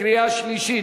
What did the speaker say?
קריאה שלישית.